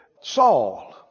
Saul